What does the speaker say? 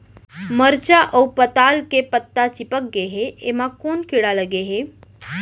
मरचा अऊ पताल के पत्ता चिपक गे हे, एमा कोन कीड़ा लगे है?